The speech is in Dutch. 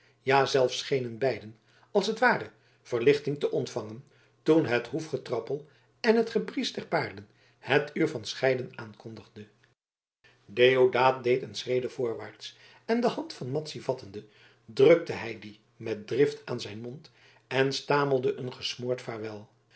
ja zelfs schenen beiden als het ware verlichting te ontvangen toen het hoefgetrappel en het gebriesch der paarden het uur van scheiden aankondigde deodaat deed een schrede voorwaarts en de hand van madzy vattende drukte hij die met drift aan zijn mond en stamelde een gesmoord vaarwel